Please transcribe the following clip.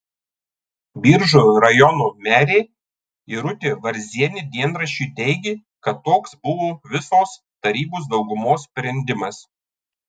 biržų rajono merė irutė varzienė dienraščiui teigė kad toks buvo visos tarybos daugumos sprendimas